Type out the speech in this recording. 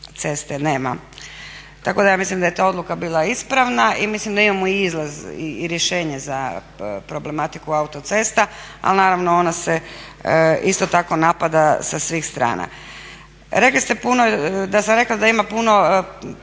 ceste nema. Tako da ja mislim da je ta odluka bila ispravna i mislim da imamo i izlaz i rješenje za problematiku autocesta. Ali naravno ona se isto tako napada sa svih strana. Rekli ste da sam rekla da ima puno